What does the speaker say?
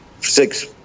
six